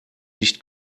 nicht